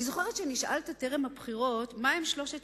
אני זוכרת שנשאלת טרם הבחירות מהם שלושת